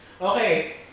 Okay